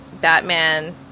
Batman